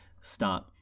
start